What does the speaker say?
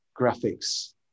graphics